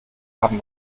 haben